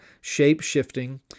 shape-shifting